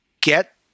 get